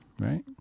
right